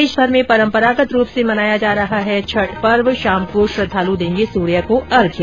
देशभर में परंपरागत रूप से मनाया जा रहा है छठ पर्व शाम को श्रद्वालू देंगे सूर्य को अर्घ्य